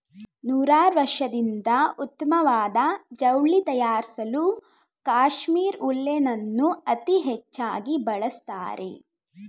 ನೂರಾರ್ವರ್ಷದಿಂದ ಉತ್ತಮ್ವಾದ ಜವ್ಳಿ ತಯಾರ್ಸಲೂ ಕಾಶ್ಮೀರ್ ಉಲ್ಲೆನನ್ನು ಅತೀ ಹೆಚ್ಚಾಗಿ ಬಳಸ್ತಾರೆ